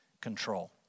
control